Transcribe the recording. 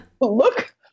look